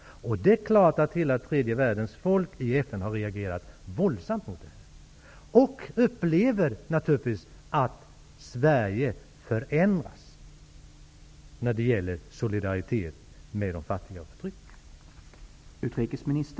Hela tredje världens folk i FN har reagerat våldsamt på detta. Man upplever naturligtvis att Sverige förändrats när det gäller solidaritet med de fattiga och förtryckta.